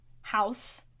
house